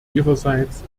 ihrerseits